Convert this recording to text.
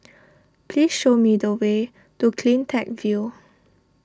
please show me the way to CleanTech View